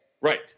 Right